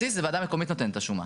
זה וועדת משנה לעררים.